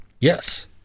yes